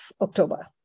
October